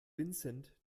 vincent